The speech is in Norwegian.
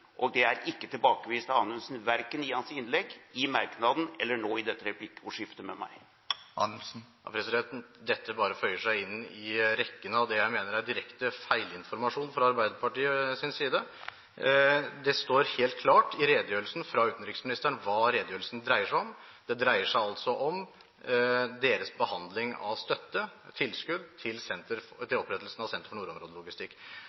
og det er ikke tilbakevist at Anundsen, verken i hans innlegg, i merknaden eller nå i dette replikkordskiftet med meg. Dette bare føyer seg inn i rekken av det jeg mener er direkte feilinformasjon fra Arbeiderpartiets side. Det står helt klart i redegjørelsen fra utenriksministeren hva redegjørelsen dreier seg om. Den dreier seg altså om deres behandling av støtte, tilskudd, til opprettelsen av Senter